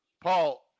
Paul